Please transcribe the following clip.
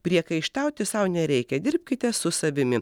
priekaištauti sau nereikia dirbkite su savimi